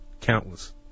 Countless